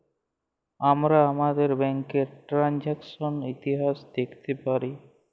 আমরা আমাদের ব্যাংকের টেরানযাকসন ইতিহাস দ্যাখতে পারি